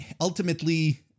Ultimately